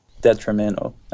detrimental